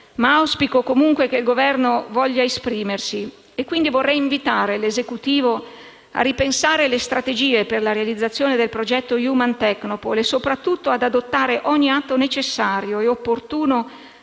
auspico comunque il Governo voglia esprimersi. Vorrei invitare l'Esecutivo a ripensare le strategie per la realizzazione del progetto Human Technopole e, soprattutto, ad adottare ogni atto necessario e opportuno